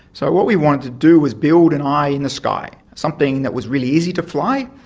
so what we wanted to do was build an eye in the sky, something that was really easy to fly,